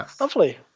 Lovely